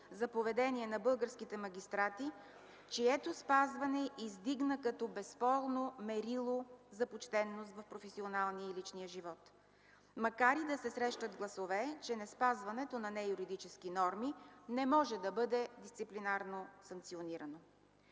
за поведението на българските магистрати, чието спазване издигна като безспорно мерило за почтеност в професионалния и личния живот, макар и да се срещат гласове, че неспазването на неюридически норми не може да бъде дисциплинарно санкционирано.